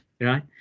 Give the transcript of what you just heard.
right